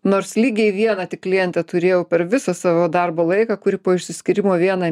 nors lygiai vieną tik klientę turėjau per visą savo darbo laiką kuri po išsiskyrimo vieną